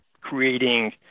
creating